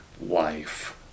life